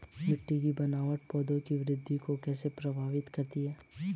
मिट्टी की बनावट पौधों की वृद्धि को कैसे प्रभावित करती है?